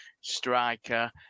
striker